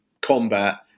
combat